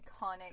iconic